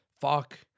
fuck